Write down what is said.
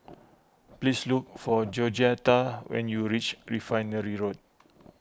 please look for Georgetta when you reach Refinery Road